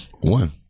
One